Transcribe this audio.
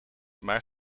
maar